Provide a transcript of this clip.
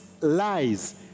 lies